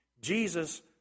Jesus